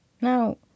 Now